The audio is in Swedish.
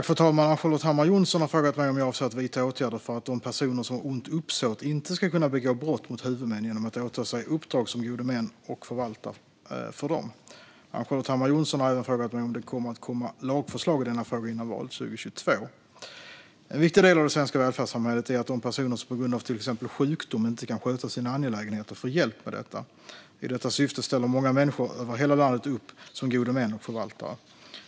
Fru talman! Ann-Charlotte Hammar Johnsson har frågat mig om jag avser att vidta åtgärder för att de personer som har ont uppsåt inte ska kunna begå brott mot huvudmän genom att åta sig uppdrag som gode män och förvaltare för dem. Ann-Charlotte Hammar Johnsson har även frågat mig om det kommer att komma lagförslag i denna fråga innan valet 2022. En viktig del i det svenska välfärdssamhället är att de personer som på grund av till exempel sjukdom inte kan sköta sina angelägenheter får hjälp med detta. I detta syfte ställer många människor över hela landet upp som gode män och förvaltare.